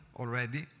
already